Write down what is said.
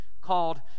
called